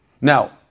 Now